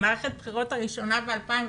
מערכת הבחירות הראשונה ב-2019,